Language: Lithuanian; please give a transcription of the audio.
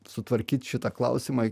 sutvarkyt šitą klausimą